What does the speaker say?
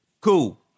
cool